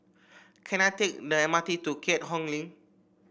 can I take the M R T to Keat Hong Link